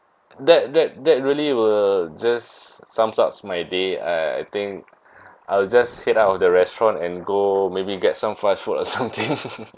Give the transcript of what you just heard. that that that really will just sums up my day I think I'll just sit out of the restaurant and go maybe get some fast food or something